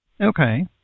Okay